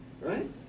Right